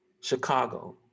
Chicago